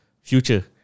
future